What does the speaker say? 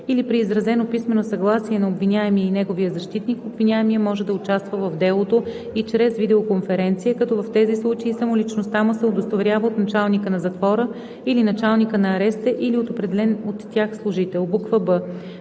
или при изразено писмено съгласие на обвиняемия и неговия защитник, обвиняемият може да участва в делото и чрез видеоконференция, като в тези случаи самоличността му се удостоверява от началника на затвора или началника на ареста или от определен от тях служител.”; б)